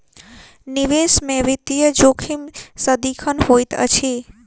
निवेश में वित्तीय जोखिम सदिखन होइत अछि